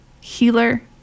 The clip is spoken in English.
healer